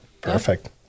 Perfect